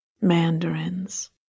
mandarins